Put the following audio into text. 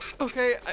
Okay